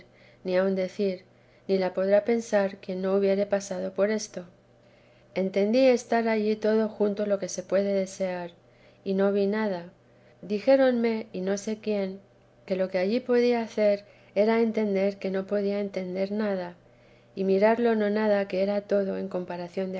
ni aun decir ni la podrá pensar quien no hubiere pasado por esto entendí estar allí todo junto lo que se puede desear y no vi nada dijéronme y no sé quién que lo que allí podía hacer era entender que no podía entender nada y mirar lo nada que era todo en comparación